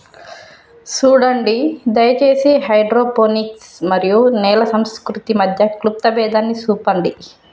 సూడండి దయచేసి హైడ్రోపోనిక్స్ మరియు నేల సంస్కృతి మధ్య క్లుప్త భేదాన్ని సూపండి